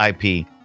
IP